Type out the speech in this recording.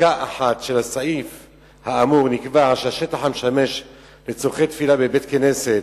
בפסקה (1) בסעיף 5ג(ה) נקבע שהשטח המשמש לצורכי תפילה בבית-כנסת,